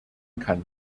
kann